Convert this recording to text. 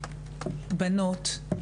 בנות,